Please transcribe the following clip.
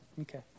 Okay